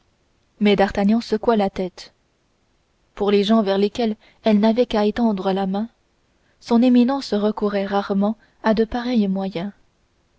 mais d'artagnan secoua la tête pour les gens vers lesquels elle n'avait qu'à étendre la main son éminence recourait rarement à de pareils moyens